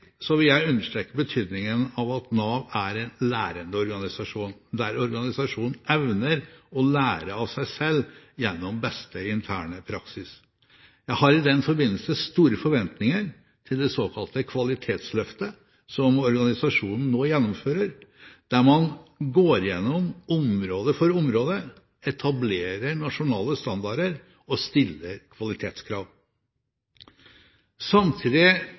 vil jeg understreke betydningen av at Nav er en lærende organisasjon – organisasjonen evner å lære av seg selv gjennom beste interne praksis. Jeg har i den forbindelse store forventninger til det såkalte kvalitetsløftet som organisasjonen nå gjennomfører, der man går gjennom område for område, etablerer nasjonale standarder og stiller